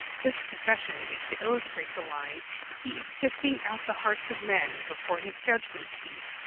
this procession is to illustrate the line he is sifting out the hearts of men before his judgment seat.